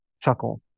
chuckle